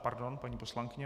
Pardon, paní poslankyně.